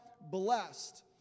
blessed